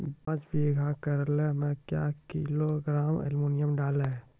पाँच बीघा करेला मे क्या किलोग्राम एलमुनियम डालें?